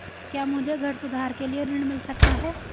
क्या मुझे घर सुधार के लिए ऋण मिल सकता है?